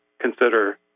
consider